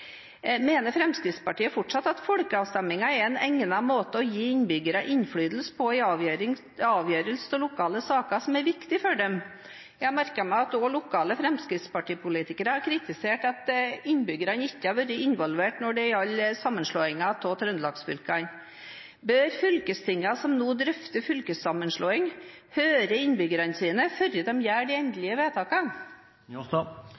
Mener Fremskrittspartiet fortsatt at folkeavstemninger er en egnet måte å gi innbyggere innflytelse på i avgjørelse av lokale saker som er viktige for dem? Jeg har merket meg at lokale fremskrittspartipolitikere har kritisert at innbyggerne ikke har vært involvert når det gjaldt sammenslåingen av Trøndelags-fylkene. Bør fylkestingene som nå drøfter fylkessammenslåing, høre innbyggerne sine før de gjør de